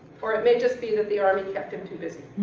or it may just be that the army kept him too busy